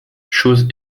chose